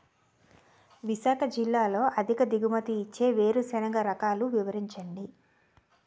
విశాఖ జిల్లాలో అధిక దిగుమతి ఇచ్చే వేరుసెనగ రకాలు వివరించండి?